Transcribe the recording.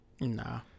Nah